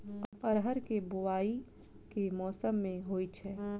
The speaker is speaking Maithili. अरहर केँ बोवायी केँ मौसम मे होइ छैय?